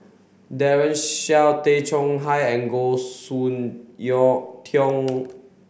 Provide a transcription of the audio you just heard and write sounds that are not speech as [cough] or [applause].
Daren Shiau Tay Chong Hai and Goh Soon [unintelligible] Tioe